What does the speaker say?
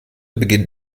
beginnt